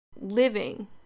living